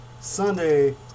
Sunday